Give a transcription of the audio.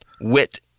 wit